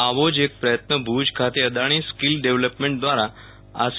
આવો જ એક પ્રયત્ન ભુજ ખાતે અદાણી સ્કીલ ડેવલપમેન્ટ દ્વારા આસી